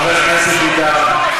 חבר הכנסת ביטן,